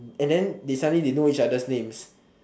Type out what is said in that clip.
and then they suddenly they know each other's names